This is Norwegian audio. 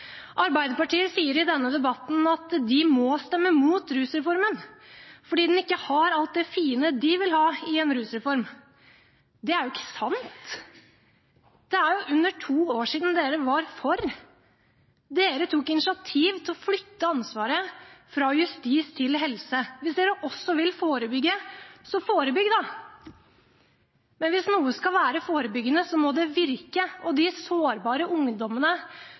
Arbeiderpartiet sier i denne debatten at de må stemme mot rusreformen fordi den ikke har alt det fine de vil ha i en rusreform. Det er jo ikke sant. Det er under to år siden dere var for. Dere tok initiativ til å flytte ansvaret fra justis til helse. Hvis dere også vil forebygge, så forebygg, da! Men hvis noe skal være forebyggende, må det virke, og de sårbare ungdommene